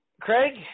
Craig